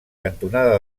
cantonada